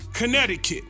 Connecticut